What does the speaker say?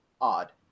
odd